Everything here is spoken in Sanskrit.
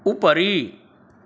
उपरि